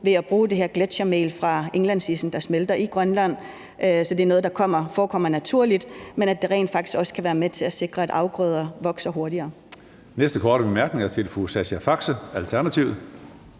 ved at bruge det her gletsjermel fra indlandsisen, der smelter i Grønland. Så det er noget, der forekommer naturligt, men det kan rent faktisk også være med til at sikre, at afgrøder vokser hurtigere.